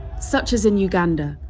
such as in uganda,